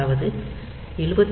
அதாவது 76